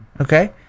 okay